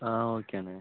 ஆ ஓகேண்ண